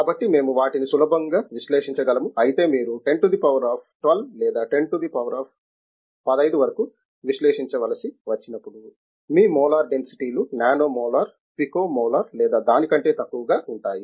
కాబట్టి మేము వాటిని సులభంగా విశ్లేషించగలము అయితే మీరు 10 టు ధ పవర్ ఆఫ్ 12 లేదా 10 టు ధ పవర్ ఆఫ్ 15 వరకు విశ్లేషించవలసి వచ్చినప్పుడు మీ మోలార్ డెన్సిటీలు నానో మోలార్ పికో మోలార్ లేదా దాని కంటే తక్కువగా ఉంటాయి